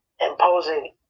imposing